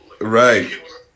Right